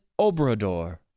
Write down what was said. Obrador